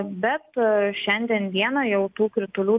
bet šiandien dieną jau tų kritulių